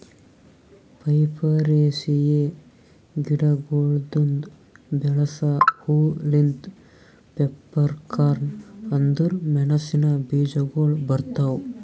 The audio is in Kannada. ಪೈಪರೇಸಿಯೆ ಗಿಡಗೊಳ್ದಾಂದು ಬೆಳಸ ಹೂ ಲಿಂತ್ ಪೆಪ್ಪರ್ಕಾರ್ನ್ ಅಂದುರ್ ಮೆಣಸಿನ ಬೀಜಗೊಳ್ ಬರ್ತಾವ್